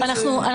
תחשבו על זה?